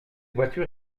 voiture